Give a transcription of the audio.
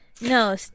No